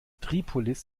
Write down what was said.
tripolis